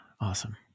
Awesome